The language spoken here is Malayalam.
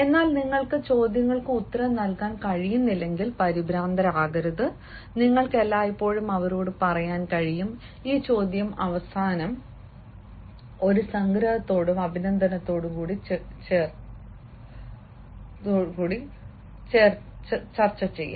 എന്നാൽ നിങ്ങൾക്ക് ചില ചോദ്യങ്ങൾക്ക് ഉത്തരം നൽകാൻ കഴിയുന്നില്ലെങ്കിൽ പരിഭ്രാന്തരാകരുത് നിങ്ങൾക്ക് എല്ലായ്പ്പോഴും അവരോട് പറയാൻ കഴിയും ഈ ചോദ്യം അവസാനം ഒരു സംഗ്രഹത്തോടും അഭിനന്ദനത്തോടും കൂടി ചർച്ചചെയ്യാം